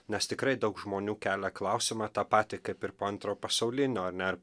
nes tikrai daug žmonių kelia klausimą tą patį kaip ir po antrojo pasaulinio ar ne ar